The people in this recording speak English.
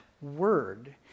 word